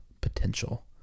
Potential